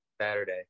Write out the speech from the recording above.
saturday